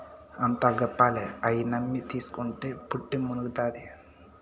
అంతా గప్పాలే, అయ్యి నమ్మి తీస్కుంటే పుట్టి మునుగుతాది